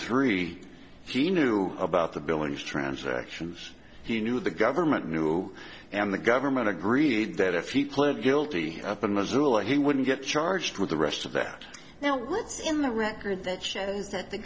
three he knew about the billings transactions he knew the government knew and the government agreed that if he pled guilty up in missoula he wouldn't get charged with the rest of that now in the record that shows that the